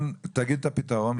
מה הפתרון?